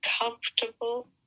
comfortable